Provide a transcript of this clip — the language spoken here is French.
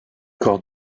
corps